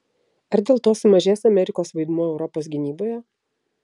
ar dėl to sumažės amerikos vaidmuo europos gynyboje